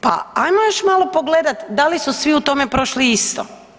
Pa ajmo još malo pogledat da li su svi u tome prošli isto.